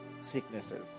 sicknesses